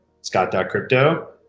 scott.crypto